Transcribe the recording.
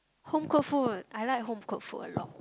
home cooked food I like home cooked food a lot